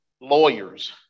lawyers